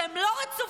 שהם לא רצופים,